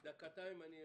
יוסף, דקתיים.